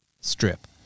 strip